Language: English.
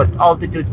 altitude